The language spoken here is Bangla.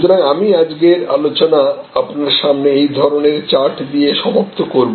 সুতরাং আমি আজকের আলোচনা আপনার সামনে এই ধরনের চার্ট দিয়ে সমাপ্ত করব